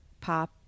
pop